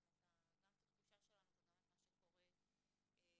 את התחושה שלנו וגם את מה שקורה במערכת.